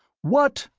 what!